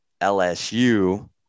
LSU